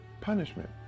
punishment